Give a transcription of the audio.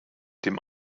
dem